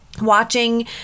watching